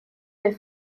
their